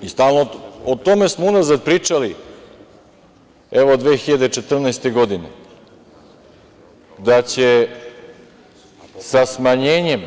Došlo je vreme, o tome smo unazad pričali, evo, 2014. godine, da će sa smanjenjem